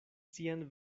sian